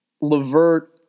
Levert